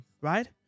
right